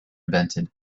invented